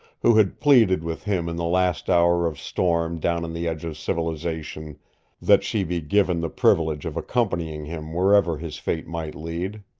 who had pleaded with him in the last hour of storm down on the edge of civilization that she be given the privilege of accompanying him wherever his fate might lead.